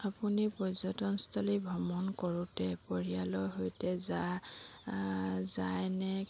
আপুনি পৰ্যটনস্থলী ভ্ৰমণ কৰোঁতে পৰিয়ালৰ সৈতে যায় নে